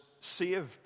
saved